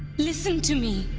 listen to me,